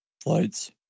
flights